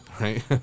Right